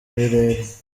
birere